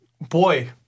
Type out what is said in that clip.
Boy